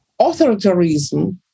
authoritarianism